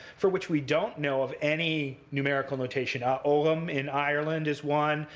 for which we don't know of any numerical notation. ah ogham in ireland is one.